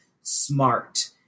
smart